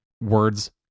words